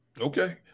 Okay